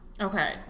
Okay